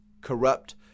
corrupt